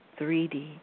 3D